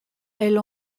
elle